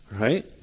right